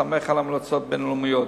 בהסתמך על המלצות בין-לאומיות.